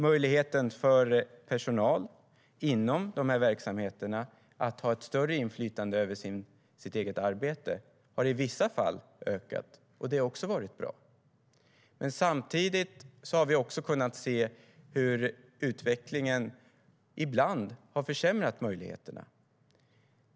Möjligheten för personalen inom dessa verksamheter att ha ett större inflytande över sitt eget arbete har i vissa fall ökat, och det är också bra. Samtidigt har vi kunnat se hur utvecklingen ibland har försämrat möjligheterna.